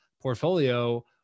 portfolio